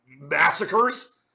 massacres